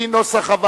כהצעת